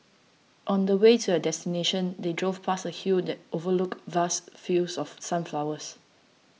on the way to their destination they drove past a hill that overlooked vast fields of sunflowers